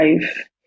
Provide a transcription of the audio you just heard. life